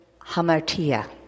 hamartia